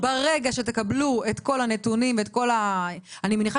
ברגע שתקבלו את כל הנתונים אני מניחה